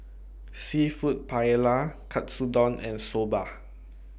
Seafood Paella Katsudon and Soba